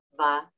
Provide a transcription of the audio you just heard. va